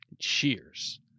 cheers